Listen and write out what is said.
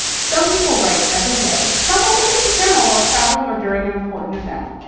some people write every day. some only keep a journal while traveling or during an important event,